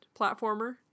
platformer